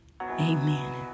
Amen